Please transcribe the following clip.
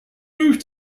moved